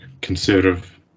conservative